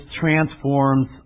transforms